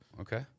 Okay